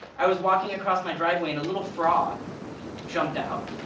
i was walking across my driveway and a little frog jumped out.